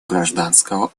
гражданского